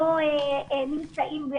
לא נמצאים,